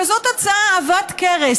כזאת הצעה עבת כרס,